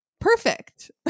perfect